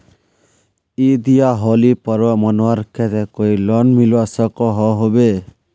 ईद या होली पर्व मनवार केते कोई लोन मिलवा सकोहो होबे?